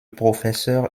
professeur